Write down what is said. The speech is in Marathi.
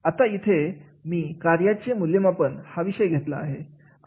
आता इथे मी कार्याचे मूल्यमापन हा विषय घेतला आहे